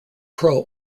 crow